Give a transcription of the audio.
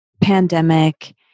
Pandemic